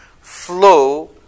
flow